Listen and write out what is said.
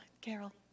Carol